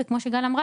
וכמו שגל אמרה,